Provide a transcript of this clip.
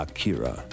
Akira